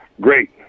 Great